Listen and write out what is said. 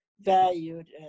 valued